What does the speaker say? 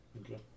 Okay